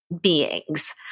beings